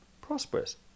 prosperous